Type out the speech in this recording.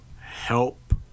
help